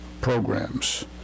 programs